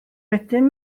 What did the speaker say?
wedyn